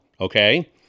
okay